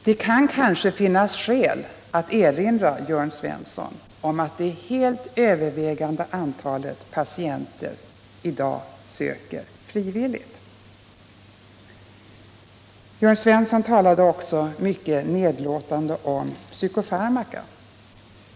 Det kan kanske finnas skäl att erinra Jörn Svensson om att det helt övervägande antalet patienter i dag söker frivilligt. Jörn Svensson talade också mycket nedlåtande om psykofarmaka.